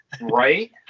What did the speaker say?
Right